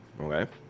Okay